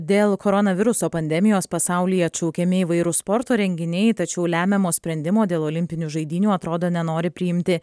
dėl koronaviruso pandemijos pasaulyje atšaukiami įvairūs sporto renginiai tačiau lemiamo sprendimo dėl olimpinių žaidynių atrodo nenori priimti